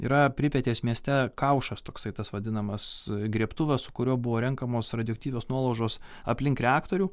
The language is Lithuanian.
yra pripetės mieste kaušas toksai tas vadinamas griebtuvas su kuriuo buvo renkamos radioaktyvios nuolaužos aplink reaktorių